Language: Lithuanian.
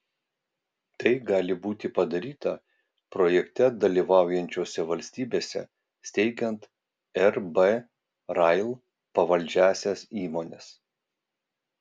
tai gali būti padaryta projekte dalyvaujančiose valstybėse steigiant rb rail pavaldžiąsias įmones